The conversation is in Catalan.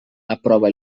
aprova